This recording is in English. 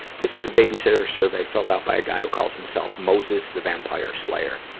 this is a babysitter survey filled out by a guy who calls himself moses the vampire slayer.